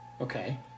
Okay